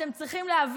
אתם צריכים להבין,